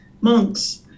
monks